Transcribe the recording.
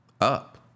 up